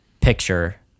picture